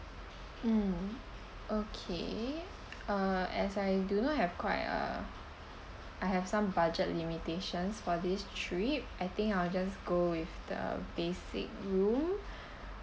mm okay uh as I do not have quite uh I have some budget limitations for this trip I think I'll just go with the basic room